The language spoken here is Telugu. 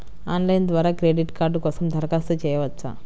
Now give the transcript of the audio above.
ఆన్లైన్ ద్వారా క్రెడిట్ కార్డ్ కోసం దరఖాస్తు చేయవచ్చా?